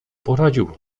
poradził